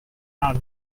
not